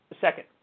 second